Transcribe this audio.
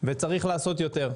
וצריך לעשות יותר.